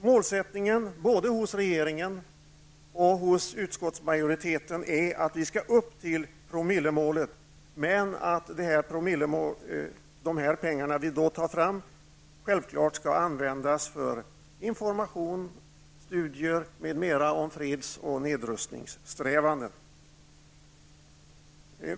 Målsättningen både hos regeringen och hos utskottsmajoriteten är att vi skall nå upp till promillemålet, men att de pengar vi då tar fram självfallet skall användas för information, studier m.m. om freds och nedrustningssträvanden.